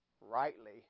rightly